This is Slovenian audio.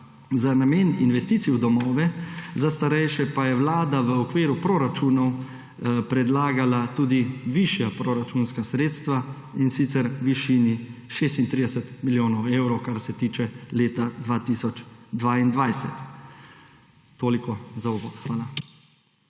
Za namen investicij v domove za starejše pa je Vlada v okviru proračunov predlagala tudi višja proračunska sredstva, in sicer v višini 36 milijonov evrov, kar se tiče leta 2022. Toliko za uvod. Hvala.